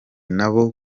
nabo